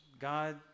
God